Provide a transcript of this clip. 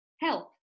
help